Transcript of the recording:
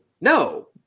No